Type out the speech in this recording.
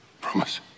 Promise